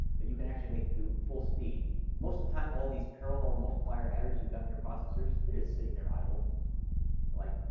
but you can actually make it do full-speed most of the time, all these parallel multiplier adders you've got in your processors, they're sitting there idle like,